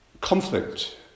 conflict